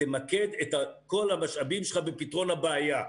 תמקד את כל המשאבים שלך בפתרון הבעיה.